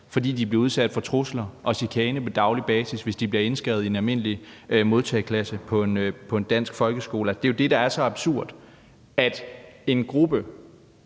fordi de bliver udsat for trusler og chikane på daglig basis, hvis de bliver indskrevet i en almindelig modtageklasse på en dansk folkeskole. Altså, det er jo det, der er så absurd – at en gruppe